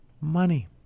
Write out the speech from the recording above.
money